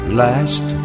last